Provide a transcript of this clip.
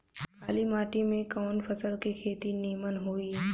काली माटी में कवन फसल के खेती नीमन होई?